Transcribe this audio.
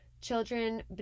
children